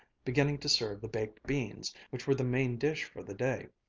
beginning to serve the baked beans, which were the main dish for the day.